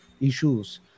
issues